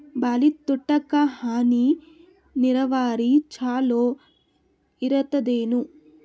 ಬಾಳಿ ತೋಟಕ್ಕ ಹನಿ ನೀರಾವರಿ ಚಲೋ ಇರತದೇನು?